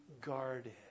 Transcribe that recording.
guarded